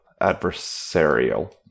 adversarial